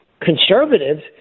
conservatives